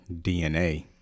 DNA